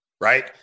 right